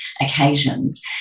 occasions